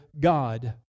God